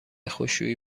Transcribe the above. خشکشویی